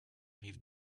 rives